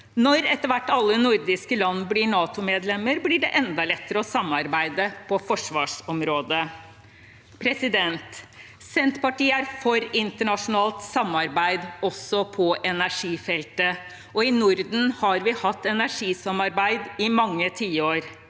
parlamentariske forsamlinger for 2022 medlemmer, blir det enda lettere å samarbeide på forsvarsområdet. Senterpartiet er for internasjonalt samarbeid også på energifeltet, og i Norden har vi hatt energisamarbeid i mange tiår.